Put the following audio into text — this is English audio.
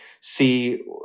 see